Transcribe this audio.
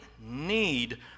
need